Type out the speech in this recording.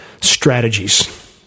strategies